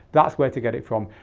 that's where to get it from,